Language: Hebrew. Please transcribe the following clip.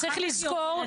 צריך לזכור,